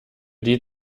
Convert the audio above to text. die